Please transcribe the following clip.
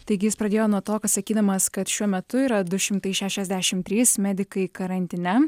taigi jis pradėjo nuo to kad sakydamas kad šiuo metu yra du šimtai šešiasdešimt trys medikai karantine